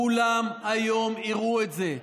כולם היום יראו את זה.